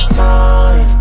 time